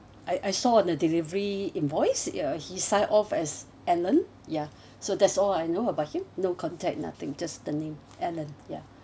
I I saw the delivery invoice uh he signed off as alan ya so that's all I know about him no contact nothing just the name alan yeah